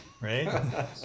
right